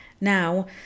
Now